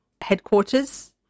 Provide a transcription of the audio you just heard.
headquarters